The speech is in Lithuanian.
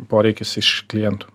poreikis iš klientų